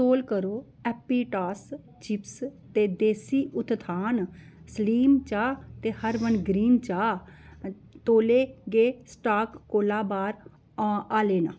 तौल करो एपिटास चिप्स ते देसी उत्तथान सलीम चाह् ते हर्बल ग्रीन चाह् तौले गै स्टाक कोला बाह्र होन आह्ले न